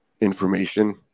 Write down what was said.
information